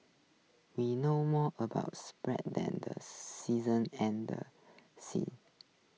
we know more about space than the seasons and seas